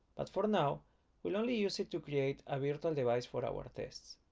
but for now we'll only use it to create a virtual device for our tests.